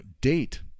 date